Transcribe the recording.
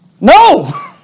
No